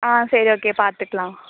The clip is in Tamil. ஆ சரி ஓகே பார்த்துக்கலாம்